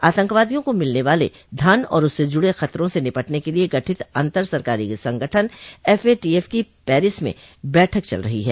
आतंकवादियों को मिलने वाले धन और उससे जुड़े खतरों से निपटने के लिए गठित अन्तर सरकारी संगठन एफ ए टी एफ की पैरिस में बैठक चल रही ह